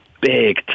big